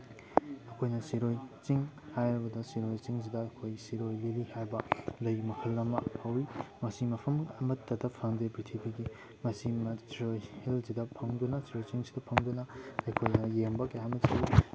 ꯑꯩꯈꯣꯏꯅ ꯁꯤꯔꯣꯏ ꯆꯤꯡ ꯍꯥꯏꯔꯕꯗ ꯁꯤꯔꯣꯏ ꯆꯤꯡꯁꯤꯗ ꯑꯩꯈꯣꯏ ꯁꯤꯔꯣꯏ ꯂꯤꯂꯤ ꯍꯥꯏꯕ ꯂꯩ ꯃꯈꯜ ꯑꯃ ꯍꯧꯋꯤ ꯃꯁꯤ ꯃꯐꯝ ꯑꯃꯠꯇꯗ ꯐꯪꯗꯦ ꯄ꯭ꯔꯤꯊꯤꯕꯤꯒꯤ ꯃꯁꯤ ꯁꯤꯔꯣꯏ ꯍꯤꯜꯁꯤꯗ ꯐꯪꯗꯨꯅ ꯁꯤꯔꯣꯏ ꯆꯤꯡꯁꯤꯗ ꯐꯪꯗꯨꯅ ꯑꯩꯈꯣꯏꯅ ꯌꯦꯡꯕ ꯀꯌꯥ ꯑꯃ ꯆꯠꯂꯤ